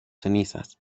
cenizas